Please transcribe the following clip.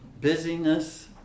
busyness